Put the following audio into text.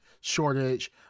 shortage